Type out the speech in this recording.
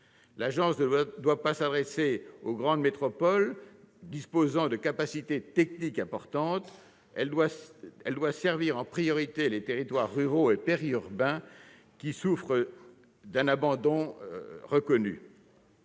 L'agence ne doit pas s'adresser aux grandes métropoles disposant de capacités techniques importantes. Elle doit servir en priorité les territoires ruraux et périurbains, qui souffrent d'un abandon reconnu.